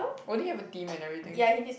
won't he have a team and everything